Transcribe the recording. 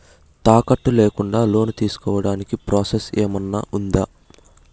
తాకట్టు లేకుండా లోను తీసుకోడానికి ప్రాసెస్ ఏమన్నా ఉందా?